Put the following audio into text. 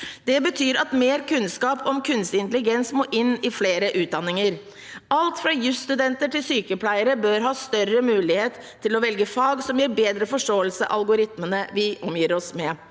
Det betyr at mer kunnskap om kunstig intelligens må inn i flere utdanninger. Alt fra jusstudenter til sykepleiere bør ha større mulighet til å velge fag som gir bedre forståelse av algoritmene vi omgir oss med.